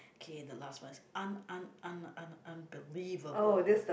okay the last one is un~ un~ un~ un~ unbelievable